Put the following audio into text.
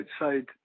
outside